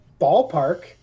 ballpark